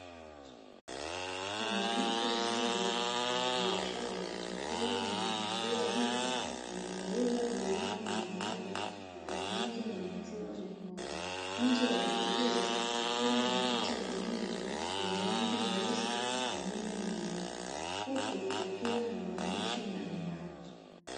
Mwanamke mmoja mfanyabiashara akiwa anafungua duka linalouza bidhaa mbalimbali zitokanazo na maziwa ya ng'ombe, nje ya duka hilo kukiwa na picha za ng'ombe wenye rangi nyeusi pamoja na nyeupe huku kukiwa na maandishi mbalimbali.